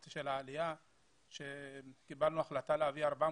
לפני הבחירות קיבלנו החלטה להביא ארצה